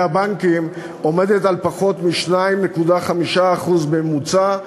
הבנקים עומדת על פחות מ-2.5% בממוצע.